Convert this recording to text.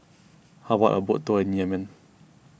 how about a boat tour in Yemen